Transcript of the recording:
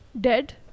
Dead